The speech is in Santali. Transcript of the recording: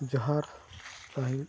ᱡᱚᱛᱷᱟᱛ ᱥᱟᱹᱦᱤᱡ